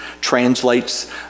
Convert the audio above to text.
translates